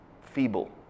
feeble